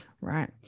Right